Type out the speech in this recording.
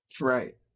Right